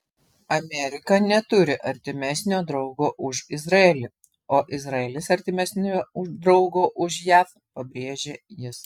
amerika neturi artimesnio draugo už izraelį o izraelis artimesnio draugo už jav pabrėžė jis